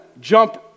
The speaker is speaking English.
jump